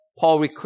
Paul